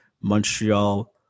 montreal